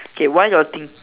okay while you are thinking